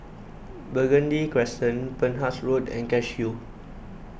Burgundy Crescent Penhas Road and Cashew